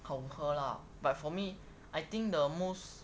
好喝 lah but for me I think the most